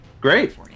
Great